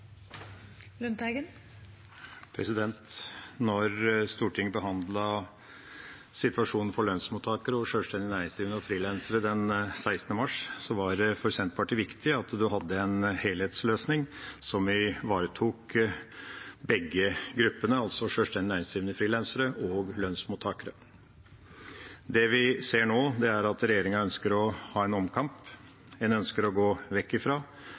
Stortinget behandlet situasjonen for lønnsmottakere og sjølstendige næringsdrivende og frilansere 16. mars, var det for Senterpartiet viktig at en hadde en helhetsløsning som ivaretok begge gruppene, altså sjølstendig næringsdrivende, frilansere og lønnsmottakere. Det vi ser nå, er at regjeringa ønsker å ha en omkamp. En ønsker å gå